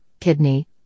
kidney